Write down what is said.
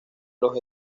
los